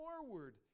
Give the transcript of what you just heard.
forward